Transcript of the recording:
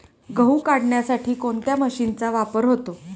गहू काढण्यासाठी कोणत्या मशीनचा वापर होतो?